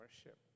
worship